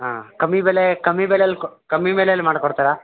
ಹಾಂ ಕಮ್ಮಿ ಬೆಲೆ ಕಮ್ಮಿ ಬೆಲೆಲಿ ಕಮ್ಮಿ ಬೆಲೆಯಲ್ಲಿ ಮಾಡಿಕೊಡ್ತಾರಾ